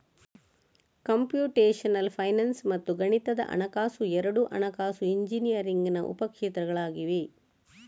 computational finance ಮತ್ತು ಗಣಿತದ ಹಣಕಾಸು ಎರಡೂ ಹಣಕಾಸು ಇಂಜಿನಿಯರಿಂಗಿನ ಉಪ ಕ್ಷೇತ್ರಗಳಾಗಿವೆ